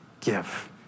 give